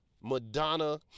Madonna